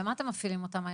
למה אתם מפעילים אותם היום?